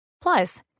Plus